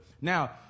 now